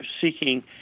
seeking